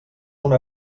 una